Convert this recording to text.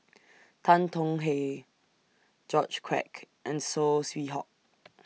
Tan Tong Hye George Quek and Saw Swee Hock